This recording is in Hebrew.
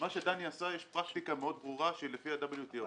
במה שדני עשה יש פרקטיקה מאוד ברורה שלפי ה-WTO,